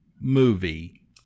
movie